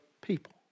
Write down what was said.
people